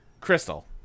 Crystal